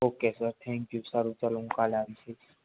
okay sir thank you સારું સારું હું કાલે આવી જઈશ